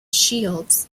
shields